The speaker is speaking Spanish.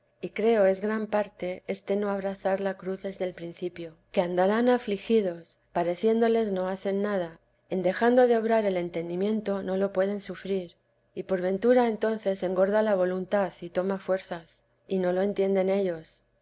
y creo es gran parte este no abrazar la cruz desde el principio que andarán afligidos pare vil a de i s wta madre ciéndoles no hacen nada en dejando de obrar el entendimiento no lo pueden sufrir y por ventura entonces engorda la voluntad y toma fuerzas y no lo eniienden ellos